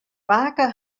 pake